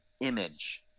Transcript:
image